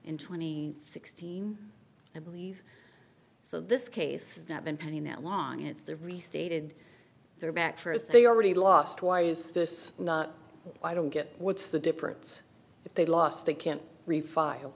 in twenty sixteen i believe so this case has not been pending that long it's the restated their back for if they already lost why is this not i don't get what's the difference if they lost they can refile